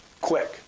quick